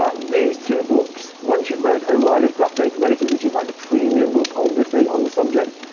ah these two books, once you've read o'reilly's graph databases which is like the premium book obviously on the subject.